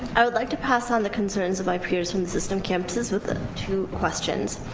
i would like to pass on the concerns of my peers in the system campuses with two questions.